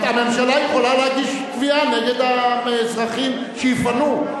הממשלה יכולה להגיש תביעה נגד האזרחים, שיפנו.